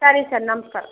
ಸರಿ ಸರ್ ನಮಸ್ಕಾರ